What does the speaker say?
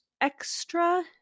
extra